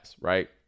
right